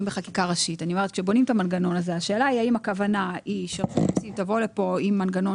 בחקיקה ראשית - השאלה היא האם הכוונה שרשות המיסים תבוא לכאן עם מנגנון